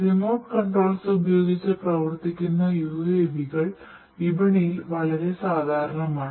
remote controls ഉപയോഗിച്ച് പ്രവർത്തിക്കുന്ന UAV കൾ വിപണിയിൽ വളരെ സാധാരണമാണ്